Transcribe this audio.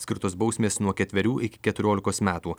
skirtos bausmės nuo ketverių iki keturiolikos metų